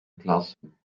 entlassen